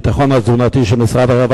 לו: